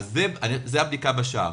זאת הבדיקה בשער.